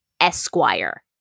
Esquire